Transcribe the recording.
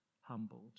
humbled